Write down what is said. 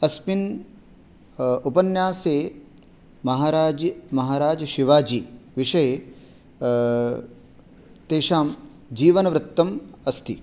अस्मिन् उपन्यासे महाराज महाराजशिवाजीविषये तेषां जीवनवृत्तम् अस्ति